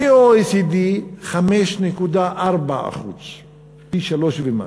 ב-OECD, 5.4%. זה פי-שלושה ומשהו.